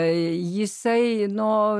tai jisai nuo